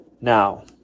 now